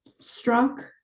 struck